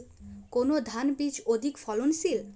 কোন ধান বীজ অধিক ফলনশীল?